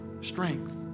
strength